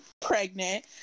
pregnant